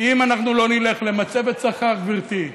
אם אנחנו לא נלך למצבת שכר, גברתי,